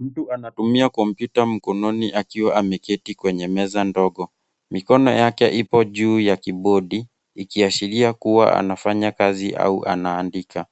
Mtu anatumia kompyuta mkononi akiwa ameketi kwenye meza ndogo. Mikono yake ipo juu ya kibodi ikiashiria kuwa anafanya kazi au anaandika.